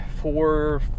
four